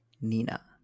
Nina